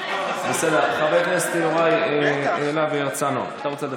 חבר הכנסת יוראי להב הרצנו, אתה רוצה לדבר?